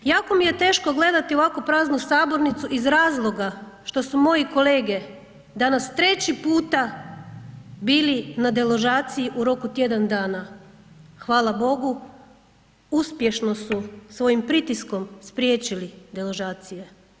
Jako mi je teško gledati ovako praznu sabornicu iz razloga što su moji kolege danas treći puta bili na deložaciji u roku tjedan dana, hvala Bogu uspješno su svojim pritiskom spriječili deložacije.